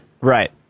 Right